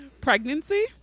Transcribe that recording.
Pregnancy